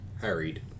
harried